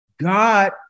God